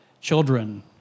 Children